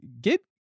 get